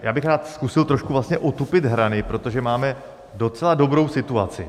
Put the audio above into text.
Já bych rád zkusil trošku otupit hrany, protože máme docela dobrou situaci.